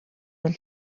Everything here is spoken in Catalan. del